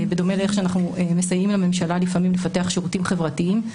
בדומה לאופן בו אנחנו מסייעים לממשלה לפעמים לפתח שירותים חברתיים.